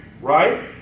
Right